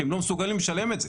כי הם לא מסוגלים לשלם את זה.